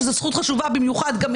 שזאת זכות חשובה גם היא,